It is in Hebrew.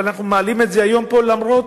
אבל אנחנו מעלים את זה היום פה אף-על-פי